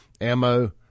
Ammo